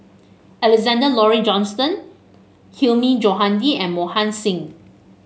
Alexander Laurie Johnston Hilmi Johandi and Mohan Singh